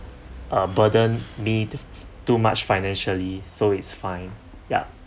a burden need too much financially so it's fine yup